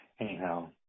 anyhow